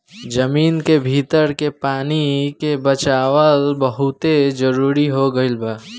जमीन के भीतर के पानी के बचावल बहुते जरुरी हो गईल बा